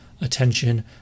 attention